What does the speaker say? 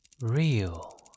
real